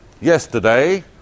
Yesterday